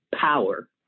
power